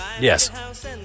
Yes